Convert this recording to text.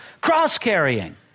Cross-carrying